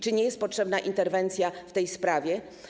Czy nie jest potrzebna interwencja w tej sprawie?